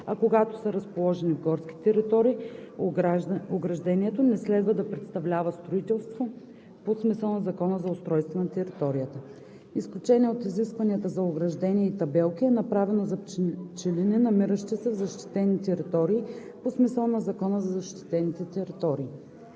а когато са разположени в горски територии, ограждението не следва да представлява строителство по смисъла на Закона за устройство на територията. Изключение от изискванията за ограждение и табелки е направено за пчелини, намиращи се в защитени територии по смисъла на Закона за защитените територии.